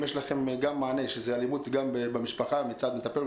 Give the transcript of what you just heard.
אם יש לכם מענה לאלימות במשפחה מצד מטפל,